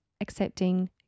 accepting